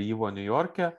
yvo niujorke